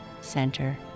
Center